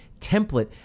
template